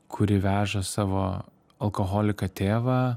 kuri veža savo alkoholiką tėvą